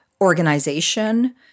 organization